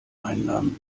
einnahmen